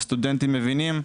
שהסטודנטים מבינים,